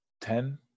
Ten